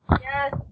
Yes